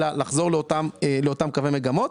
אלא לחזור לאותם קווי מגמות.